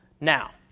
Now